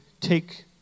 take